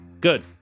Good